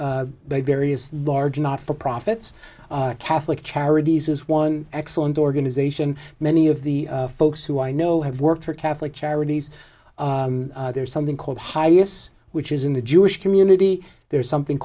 by various large not for profits catholic charities is one excellent organization many of the folks who i know have worked for catholic charities there's something called hyas which is in the jewish community there is something